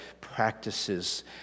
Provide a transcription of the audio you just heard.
practices